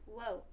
Whoa